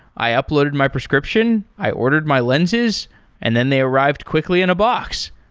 i uploaded my prescription. i ordered my lenses and then they arrived quickly in a box.